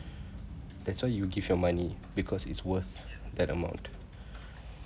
that's why you give your money because it's worth that amount